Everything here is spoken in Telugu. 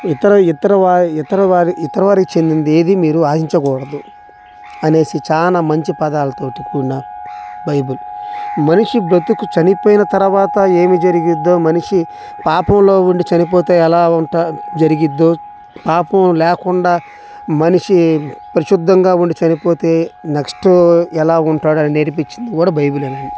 ఇతర ఇతర వాయ్ ఇతర వారి ఇతరవారికి చెందింది ఏది మీరు ఆశించకూడదు అనేసి చాలా మంచి పదాలతోటి కూడిన బైబుల్ మనిషి బ్రతికి చనిపోయిన తరవాత ఏమి జరిగిద్దో మనిషి పాపంలో ఉండి చనిపోతే ఎలా ఉంట జరిగిద్దో పాపం లేకుండా మనిషి పరిశుద్ధంగా ఉండి చనిపోతే నెక్స్ట్ ఎలా ఉంటాడని నేర్పిచింది కూడా బైబులేనం